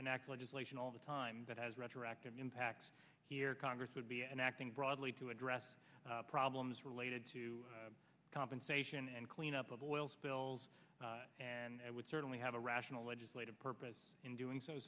nact legislation all the time but as retroactive impacts here congress would be enacting broadly to address problems related to compensation and clean up of oil spills and it would certainly have a rational legislative purpose in doing so